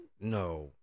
No